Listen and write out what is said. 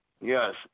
Yes